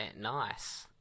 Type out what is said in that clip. nice